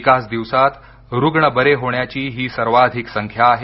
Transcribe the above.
एकाच दिवसांत रुग्ण बरे होण्याची ही सर्वाधिक संख्या आहे